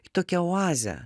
į tokią oazę